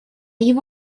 его